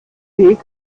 weg